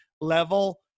level –